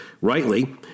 rightly